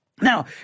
Now